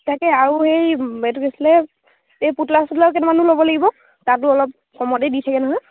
তাকে আৰু সেই এইটো কেছিলে এই পুতলা চোতলাও কেটামানো ল'ব লাগিব তাতো অলপ কমতেই দি থাকে নহয়